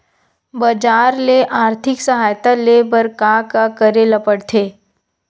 बजार ले आर्थिक सहायता ले बर का का करे ल पड़थे?